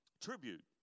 Tribute